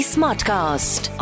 Smartcast